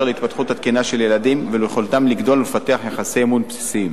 להתפתחות התקינה של ילדים וליכולתם לגדול ולפתח יחסי אמון בסיסיים.